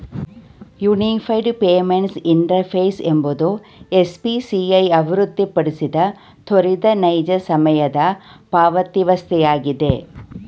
unified payments interface ಎಂಬುದು NPCI ಅಭಿವೃದ್ಧಿಪಡಿಸಿದ ತ್ವರಿತ ನೈಜ ಸಮಯದ ಪಾವತಿವಸ್ಥೆಯಾಗಿದೆ